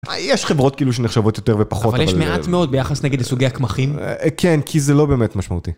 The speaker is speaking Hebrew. יש חברות כאילו שנחשבות יותר ופחות. אבל יש מעט מאוד ביחס נגיד לסוגי הקמחים. כן כי זה לא באמת משמעותי.